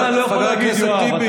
עליך אני לא יכול להגיד, יואב.